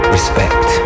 Respect